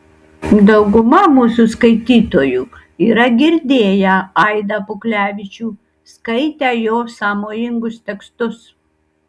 dauguma mūsų skaitytojų yra girdėję aidą puklevičių skaitę jo sąmojingus tekstus